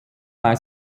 bei